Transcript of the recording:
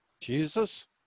Jesus